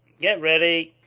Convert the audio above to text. get ready.